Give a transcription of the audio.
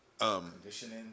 Conditioning